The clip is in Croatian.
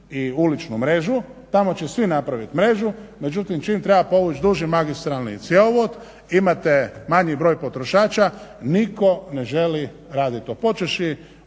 i uličnu mrežu tamo će svi napravit mrežu, međutim čim treba povući duži magistralni cjevovod imate manji broj potrošača, nitko ne želi radit to. Počevši